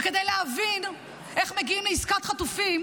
וכדי להבין איך מגיעים לעסקת חטופים,